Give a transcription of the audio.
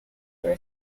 were